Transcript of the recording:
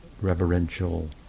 reverential